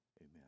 Amen